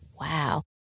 wow